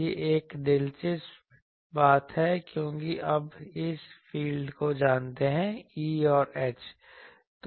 यह एक दिलचस्प बात है क्योंकि अब हम फील्ड को जानते हैं E और H